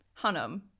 Hunnam